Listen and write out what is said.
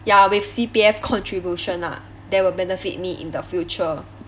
ya with C_P_F contribution lah that will benefit me in the future